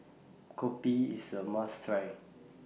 Kopi IS A must Try